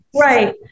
Right